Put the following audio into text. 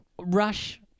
Rush